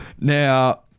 now